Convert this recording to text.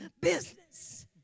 business